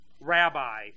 Rabbi